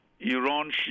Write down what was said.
Iran